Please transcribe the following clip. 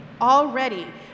Already